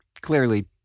clearly